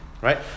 right